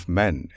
men